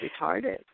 retarded